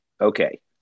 okay